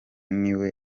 niwe